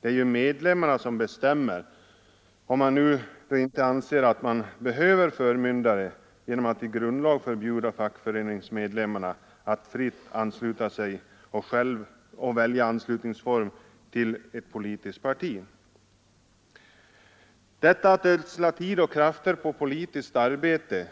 Det är ju medlemmarna som bestämmer — om man nu inte anser att de behöver förmyndare och i grundlag förbjuder fackföreningsmedlemmarna att fritt ansluta sig till politiskt parti och välja anslutningsform härför. Inställningen att man på den fackliga sidan skulle ödsla tid och kraft på politiskt arbete